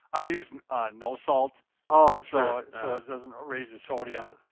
i use and nosalt ah so so it doesn't raise the sodium.